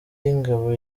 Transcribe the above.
y’ingabo